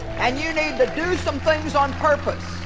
and you need to do some things on purpose.